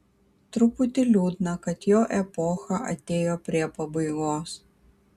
truputį liūdna kad jo epocha atėjo prie pabaigos